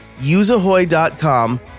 useahoy.com